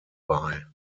bei